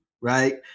right